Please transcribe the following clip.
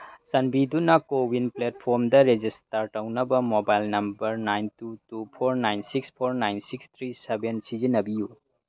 ꯆꯥꯟꯕꯤꯗꯨꯅ ꯀꯣꯋꯤꯟ ꯄ꯭ꯂꯦꯠꯐꯣꯝꯗ ꯔꯦꯖꯤꯁꯇꯔ ꯇꯧꯅꯕ mobile number nine two two four nine six four nine six three seven ꯁꯤꯖꯤꯟꯅꯕꯤꯌꯨ